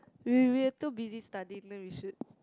we were too busy studying then we should